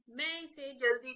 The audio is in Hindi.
मैं इसे जल्दी से खींचता हूं